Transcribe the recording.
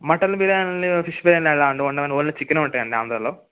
mutton బిర్యానీలు fish బిర్యానీలు అలా ఉండవు అండి ఓన్లీ చికెన్ ఏ ఉంటాయి అండి ఆంధ్రాలో